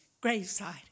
graveside